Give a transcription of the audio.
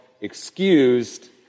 excused